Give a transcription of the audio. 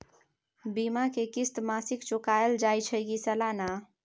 बीमा के किस्त मासिक चुकायल जाए छै की सालाना?